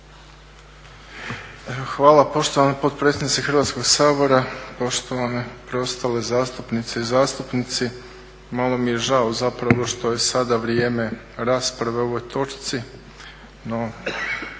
Hvala poštovana potpredsjednice Hrvatskog sabora. Poštovane preostale zastupnice i zastupnici. Malo mi je žao što je sada vrijeme rasprave o ovoj točci no